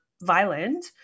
violent